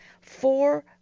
four